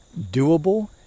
doable